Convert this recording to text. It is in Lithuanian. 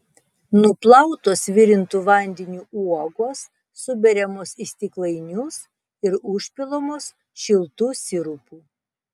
nuplautos virintu vandeniu uogos suberiamos į stiklainius ir užpilamos šiltu sirupu